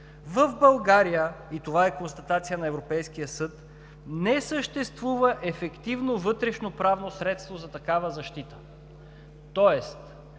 В България, и това е констатация на Европейския съд, не съществува ефективно вътрешноправно средство за такава защита.